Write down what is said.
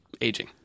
aging